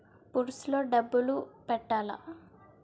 Purse లో డబ్బులు పెట్టలా?